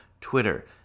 Twitter